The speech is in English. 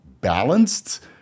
balanced